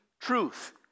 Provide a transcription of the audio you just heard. truth